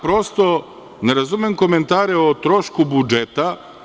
Prosto ne razumem komentare o trošku budžeta.